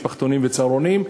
משפחתונים וצהרונים.